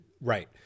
Right